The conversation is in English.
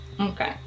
Okay